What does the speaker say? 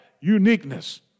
uniqueness